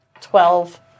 Twelve